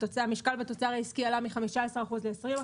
והמשקל שלו בתוצר העסקי עלה מ-15% ל-20%.